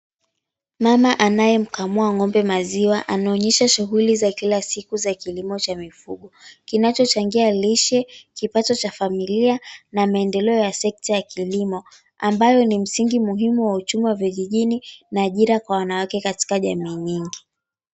Mama anayemkamua ngombe maziwa anaonyesha shughuli za kila siku za kilimo cha mifugo. Kinachochangia lishe, kipato cha familia na maendeleo ya sekta ya kilimo, ambayo ni msingi muhimu wa uchumi wa vijijini na ajira kwa wanawake katika jamii nyingi.